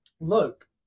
Look